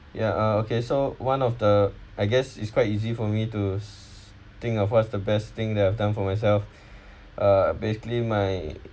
ya uh okay so one of the I guess it's quite easy for me to think of what's the best thing that I've done for myself uh basically my